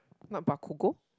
not Bakugo